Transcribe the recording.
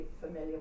familiar